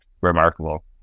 remarkable